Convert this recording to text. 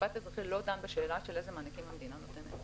המשפט האזרחי לא דן בשאלה איזה מענקים המדינה נותנת.